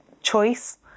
choice